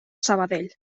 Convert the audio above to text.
sabadell